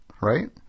right